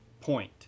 point